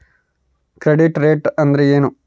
Credit rate ಅಂದರೆ ಏನು?